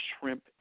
shrimp